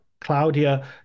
Claudia